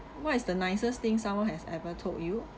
what is the nicest thing someone has ever told you